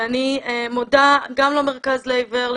ואני מודה גם למרכז לעיוור,